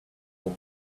for